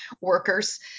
workers